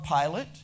Pilate